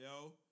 yo